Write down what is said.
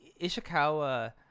Ishikawa